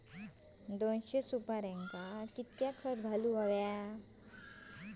दोनशे सुपार्यांका कितक्या खत घालूचा?